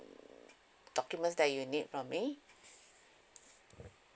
documents that you need from me